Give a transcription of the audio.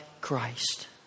Christ